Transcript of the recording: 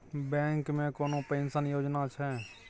Bank मे कोनो pension योजना छै?